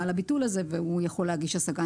על הביטול הזה והוא יכול להגיש השגה.